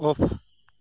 off